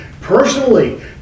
personally